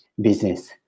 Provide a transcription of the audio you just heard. business